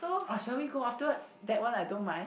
uh shall we go afterwards that one I don't mind